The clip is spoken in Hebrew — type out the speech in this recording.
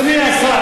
אדוני השר,